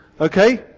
Okay